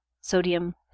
sodium